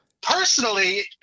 personally